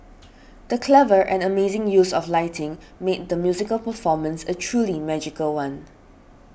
the clever and amazing use of lighting made the musical performance a truly magical one